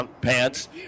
pants